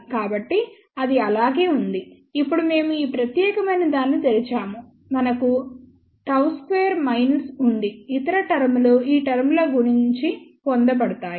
కాబట్టి అది అలాగే ఉంది ఇప్పుడు మేము ఈ ప్రత్యేకమైనదాన్ని తెరిచాము మనకు Γ 2 ఉంది ఇతర టర్మ్ లు ఈ టర్మ్ లను గుణించి పొందబడతాయి